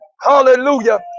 hallelujah